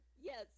Yes